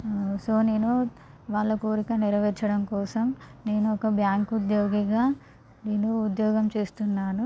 so నేను వాళ్ళ కోరిక నెరవేర్చడం కోసం నేను ఒక బ్యాంకు ఉద్యోగిగా నేను ఉద్యోగం చేస్తున్నాను